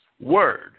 word